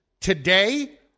today